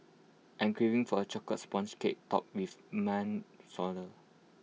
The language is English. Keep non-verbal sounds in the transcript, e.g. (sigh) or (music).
I am craving for A Chocolate Sponge Cake Topped with (unintelligible)